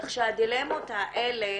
כך שהדילמות האלה